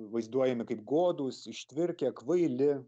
vaizduojami kaip godūs ištvirkę kvaili